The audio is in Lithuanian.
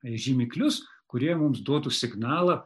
žymiklius kurie mums duotų signalą